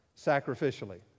sacrificially